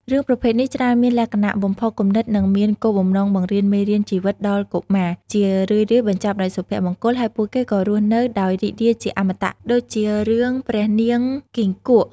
រឿងប្រភេទនេះច្រើនមានលក្ខណៈ បំផុសគំនិត និងមានគោលបំណងបង្រៀនមេរៀនជីវិតដល់កុមារ ជារឿយៗបញ្ចប់ដោយសុភមង្គល ហើយពួកគេក៏រស់នៅដោយរីករាយជាអមតៈដូចជា រឿងព្រះនាងគង្គីក់ ។